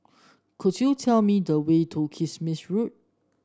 could you tell me the way to Kismis Road